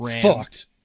Fucked